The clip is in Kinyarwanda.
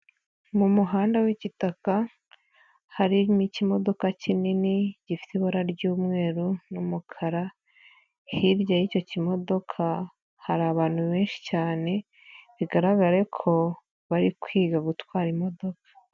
Mu muhanda w'ikitaka harimo ikimodoka kinini gifite ibara ry'umweru n'umukara, hirya y'icyo kimodoka hari abantu benshi cyane bigaragare ko bari kwiga gutwara imodoka.